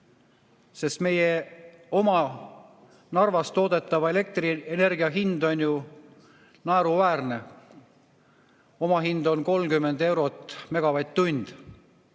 sest meie oma Narvas toodetava elektrienergia hind on ju naeruväärne. Omahind on 30 eurot megavatt-tunni